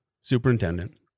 superintendent